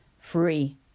free